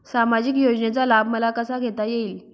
सामाजिक योजनेचा लाभ मला कसा घेता येईल?